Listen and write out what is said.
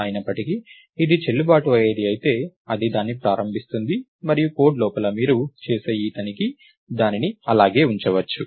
అయినప్పటికీ ఇది చెల్లుబాటు అయ్యేది అయితే అది దాన్ని ప్రారంభిస్తుంది మరియు కోడ్ లోపల మీరు చేసే ఈ తనిఖీ దానిని అలాగే ఉంచవచ్చు